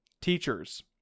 teachers